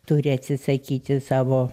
turi atsisakyti savo